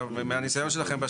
מהניסיון שלכם,